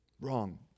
Wrong